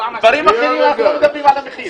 בדברים אחרים אנחנו לא מדברים על המחיר.